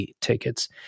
tickets